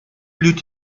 blüht